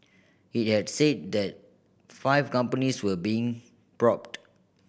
it had said that five companies were being probed